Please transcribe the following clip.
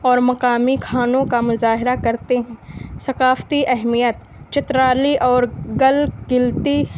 اور مقامی کھانوں کا مظاہرہ کرتے ہیں ثقافتی اہمیت چترالی اور گلگلتی